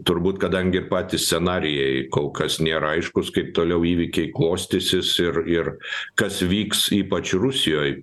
turbūt kadangi ir patys scenarijai kol kas nėra aiškūs kaip toliau įvykiai klostysis ir ir kas vyks ypač rusijoj